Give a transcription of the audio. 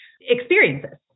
experiences